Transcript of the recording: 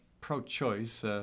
pro-choice